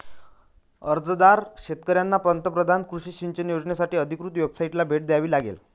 अर्जदार शेतकऱ्यांना पंतप्रधान कृषी सिंचन योजनासाठी अधिकृत वेबसाइटला भेट द्यावी लागेल